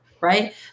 Right